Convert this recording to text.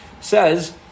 says